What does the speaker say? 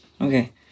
Okay